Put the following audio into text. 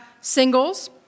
singles